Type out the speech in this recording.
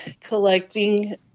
collecting